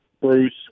Bruce